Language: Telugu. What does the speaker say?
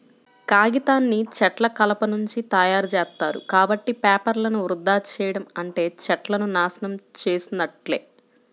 కాగితాన్ని చెట్ల కలపనుంచి తయ్యారుజేత్తారు, కాబట్టి పేపర్లను వృధా చెయ్యడం అంటే చెట్లను నాశనం చేసున్నట్లే